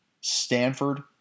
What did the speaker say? Stanford